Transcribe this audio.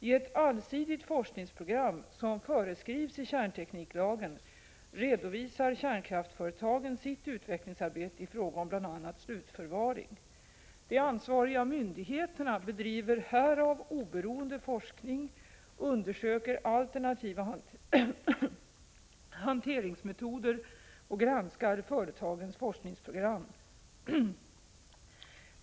I ett allsidigt forskningsprogram, som föreskrivs i kärntekniklagen, redovisar kärnkraftsföretagen sitt utvecklingsarbete i fråga om bl.a. slutförvaring. De ansvariga myndigheterna bedriver härav oberoende forskning, undersöker alternativa hanteringsmetoder och granskar företagens forskningsprogram.